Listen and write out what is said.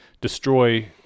destroy